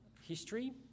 history